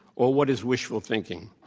or what is wishful thinking.